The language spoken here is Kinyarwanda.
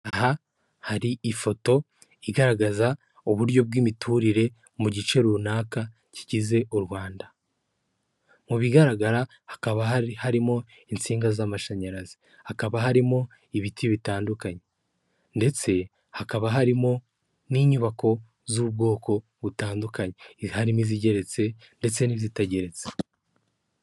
Aha hari ifoto igaragaza uburyo bw'imiturire mu gice runaka kigize u Rwanda. Mu bigaragara hakaba hari harimo insinga z'amashanyarazi, hakaba harimo ibiti bitandukanye ndetse hakaba harimo n'inyubako z'ubwoko butandukanye, harimo izigeretse ndetse n'izitageretse.